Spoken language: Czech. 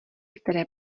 které